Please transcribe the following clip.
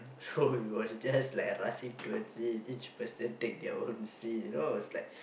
so we were just like rushing towards it each person take their own seat you know it was like